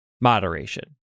moderation